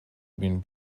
been